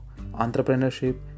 entrepreneurship